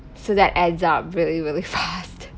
so that adds up really really fast